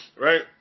right